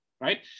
right